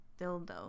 dildo